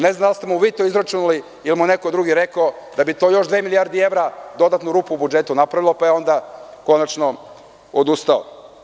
Ne znam da li ste mu vi to izračunaliilimu je neko drugi to rekao, da bi to još dve milijardi evra dodatnu rupu u budžetu napravilo, pa je onda konačno odustao.